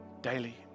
Daily